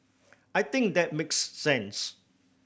I think that makes sense